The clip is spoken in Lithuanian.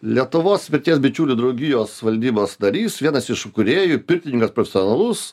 lietuvos pirties bičiulių draugijos valdybos narys vienas iš įkūrėjų pirtininkas profesionalus